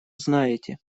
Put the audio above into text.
знаете